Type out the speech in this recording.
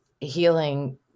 healing